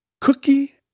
cookie